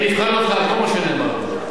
אני אבחן אותך על כל מה שנאמר פה.